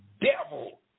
devil